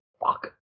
Fuck